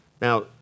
Now